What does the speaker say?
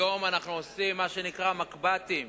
היום אנחנו עושים מה שנקרא מקב"תים.